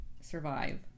survive